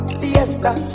fiesta